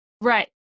Right